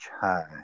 high